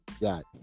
got